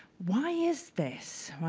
why is this?